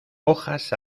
hojas